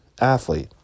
athlete